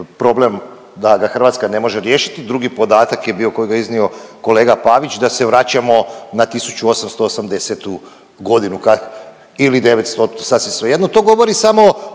da ga Hrvatska ne može riješiti. Drugi podatak je bio kojeg je iznio kolega Pavić da se vraćamo na 1880.g. ili 900., sasvim